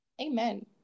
Amen